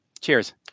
cheers